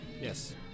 Yes